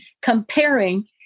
comparing